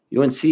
UNC